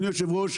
אדוני היו"ר,